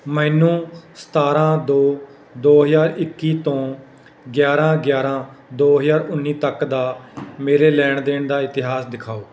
ਮੈਨੂੰ ਸਤਾਰਾਂ ਦੋ ਦੋ ਹਜ਼ਾਰ ਇੱਕੀ ਤੋਂ ਗਿਆਰਾਂ ਗਿਆਰਾਂ ਦੋ ਹਜ਼ਾਰ ਉੱਨੀ ਤੱਕ ਦਾ ਮੇਰੇ ਲੈਣ ਦੇਣ ਦਾ ਇਤਿਹਾਸ ਦਿਖਾਓ